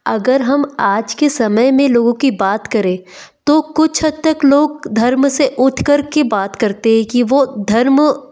अगर हम आज के समय में लोगों की बात करें तो कुछ हद तक लोग धर्म से उठकर के बात करते हैं कि वह धर्म